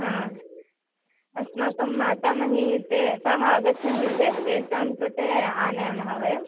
हा अस्माकं मातामही ते ताः आगच्छन्ति चेत् तेषां कृते आनयामः वयं